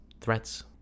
threats